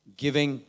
giving